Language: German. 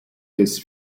des